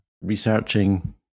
researching